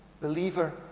believer